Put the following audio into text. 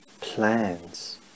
plans